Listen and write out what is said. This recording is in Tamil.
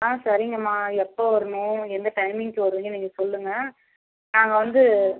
ஆ சரிங்கம்மா எப்போ வரணும் எந்த டைமிங்க்கு வருணுன்னு நீங்கள் சொல்லுங்கள் நாங்கள் வந்து